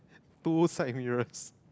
two side mirrors